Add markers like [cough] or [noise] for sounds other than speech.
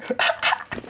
[laughs]